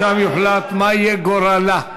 ושם יוחלט מה יהיה גורלה.